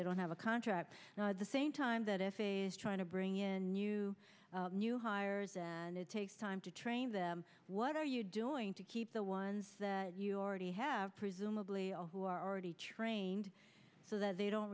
they don't have a contract the same time that if it is trying to bring in new new hires and it takes time to train them what are you doing to keep the ones that you already have presumably all who are already trained so that they don't